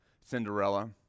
Cinderella